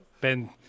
Ben